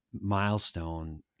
milestone